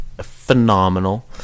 phenomenal